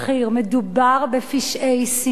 מדובר בפשעי שנאה,